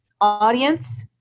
audience